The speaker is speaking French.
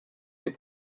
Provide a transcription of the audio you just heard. des